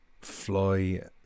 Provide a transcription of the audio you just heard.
fly